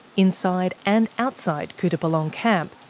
inside and outside kutupalong camp,